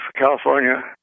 California